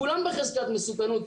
כולם בחזקת מסוכנות,